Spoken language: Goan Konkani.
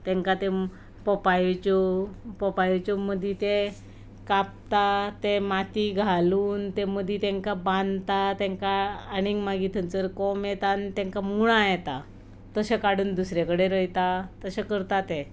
तांकां तें पोपायेच्यो पोपायेच्यो मदीं ते कापता ते माती घालून ते मदीं तांकां बांदता तांकां आनीक मागीर थंयसर कोंब येता आनी तांकां मुळां येता तशे काडून दुसरे कडेन रोयता तशे करता ते